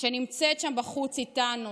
שנמצאת שם בחוץ איתנו,